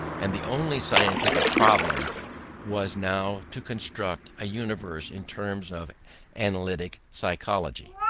and the only scientific problem was now to construct a universe in terms of analytic psychology.